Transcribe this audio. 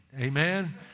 Amen